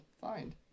find